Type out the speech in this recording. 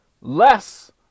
less